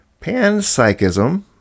panpsychism